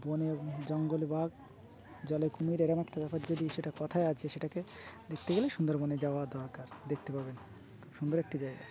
বনে জঙ্গল বাঘ জলে কুমির এরম একটা ব্যাপার যদি সেটা কথায় আছে সেটাকে দেখতে গেলে সুন্দরবনে যাওয়া দরকার দেখতে পাবেন খুব সুন্দর একটি জায়গা